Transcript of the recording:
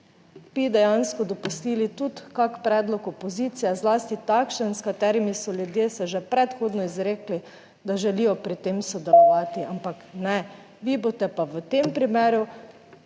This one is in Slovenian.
bi dejansko dopustili tudi kak predlog opozicije, zlasti takšen, s katerimi so ljudje se že predhodno izrekli, da želijo pri tem sodelovati, / znak za konec razprave/